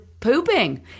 pooping